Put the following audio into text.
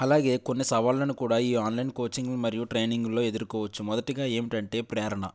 అలాగే కొన్ని సవాళ్ళను కూడా ఈ ఆన్లైన్ కోచింగ్ మరియు ట్రైనింగ్లో ఎదుర్కోవచ్చు మొదటిగా ఏమిటంటే ప్రేరణ